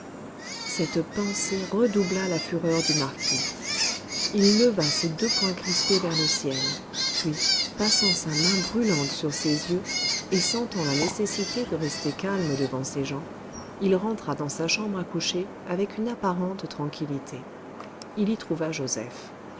cette pensée redoubla la fureur du marquis il leva ses deux poings crispés vers le ciel puis passant sa main brûlante sur ses yeux et sentant la nécessité de rester calme devant ses gens il rentra dans sa chambre à coucher avec une apparente tranquillité il y trouva joseph